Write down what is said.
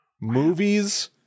Movies